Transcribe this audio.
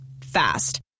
fast